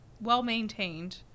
well-maintained